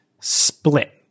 split